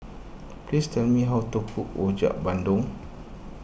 please tell me how to cook Rojak Bandung